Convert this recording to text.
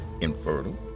infertile